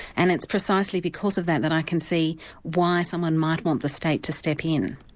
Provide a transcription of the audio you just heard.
and it's precisely because of that that i can see why someone might want the state to step in.